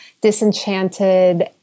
disenchanted